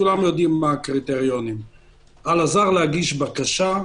כולם יודעים מהם על הזר להגיש בקשה,